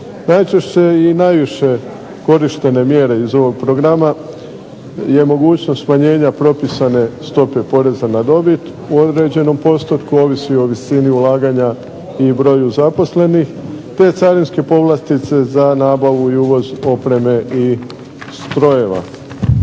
Najčešće i najviše korištene mjere iz ovog programa je mogućnost smanjenja propisane stope poreza na dobit u određenom postotku, ovisi o visini ulaganja i broju zaposlenih, te carinske povlastice za nabavu i uvoz opreme i strojeva.